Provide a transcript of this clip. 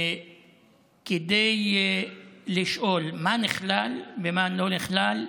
כדי לשאול: מה נכלל ומה לא נכלל,